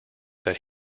that